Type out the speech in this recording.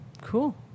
Cool